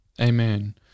amen